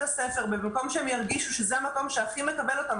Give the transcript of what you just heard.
הספר ובמקום שהן ירגישו שזה המקום שהכי מקבל אותן,